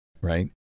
right